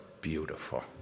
beautiful